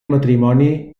matrimoni